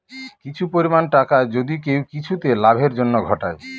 কিছু পরিমাণ টাকা যদি কেউ কিছুতে লাভের জন্য ঘটায়